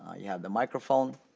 ah you have the microphone.